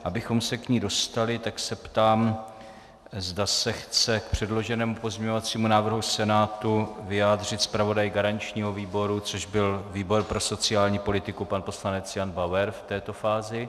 Abychom se k ní dostali, tak se ptám, zda se chce k předloženému pozměňovacímu návrhu Senátu vyjádřit zpravodaj garančního výboru, což byl výbor pro sociální politiku pan poslanec Jan Bauer v této fázi.